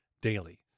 daily